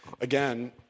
Again